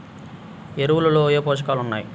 ఎరువులలో ఏ పోషకాలు ఉన్నాయి?